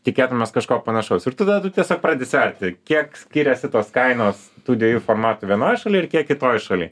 tikėtumės kažko panašaus ir tada tiesiog pradedi sverti kiek skiriasi tos kainos tų dviejų formatų vienoje šalyje ir kiek kitoj šaly